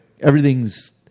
everything's